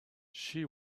she